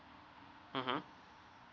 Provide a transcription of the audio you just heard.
mmhmm